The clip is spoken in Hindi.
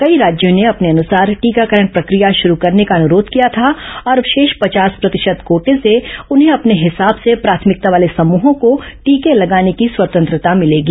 कई राज्यों ने अपने अनुसार टीकाकरण प्रक्रिया शुरू करने का अनुरोध किया था और अब शेष पचास प्रतिशत कोटे से उन्हें अपने हिसाब से प्राथमिकता वाले समूहों को टीके लगाने की स्वतंत्रता मिलेगी